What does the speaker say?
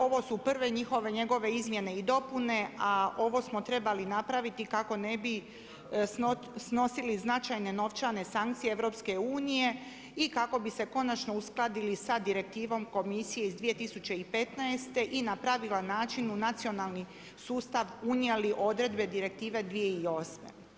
Ovo su prve njihove, njegove izmjene i dopune, a ovo smo trebali napraviti kako ne bi snosili značajne novčane sankcije EU i kako bi se konačno uskladili sa Direktivom Komisije iz 2015. i na pravilan način u nacionalni sustav unijeli odredbe Direktive 2008.